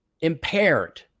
impaired